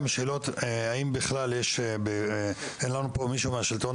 האם יש לנו כאן נציג של השלטון